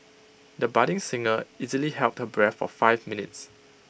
the budding singer easily held her breath for five minutes